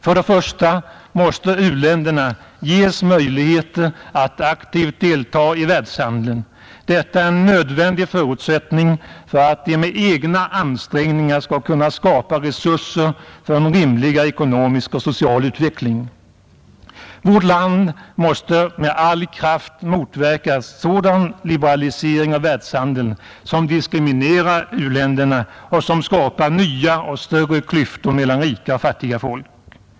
För det första måste u-länderna ges möjligheter att aktivt deltaga i världshandeln. Detta är en nödvändig förutsättning för att de med egna ansträngningar skall kunna skapa resurser för en rimligare ekonomisk och social utveckling. Vårt land måste med all kraft motverka en sådan liberalisering av världshandeln som diskriminerar u-länderna och skapar nya och större klyftor mellan rika och fattiga folk.